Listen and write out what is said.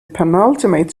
penultimate